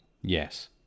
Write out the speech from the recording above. yes